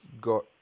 got